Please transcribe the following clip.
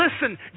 listen